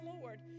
Lord